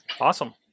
Awesome